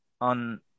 on